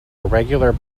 irregular